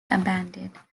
abandoned